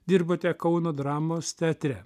dirbote kauno dramos teatre